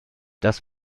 das